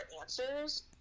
answers